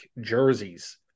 jerseys